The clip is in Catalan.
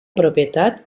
propietat